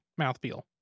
mouthfeel